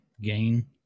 gain